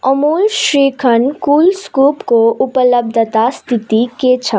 अमुल श्रीखण्ड कुल स्कुपको उपलब्धता स्थिति के छ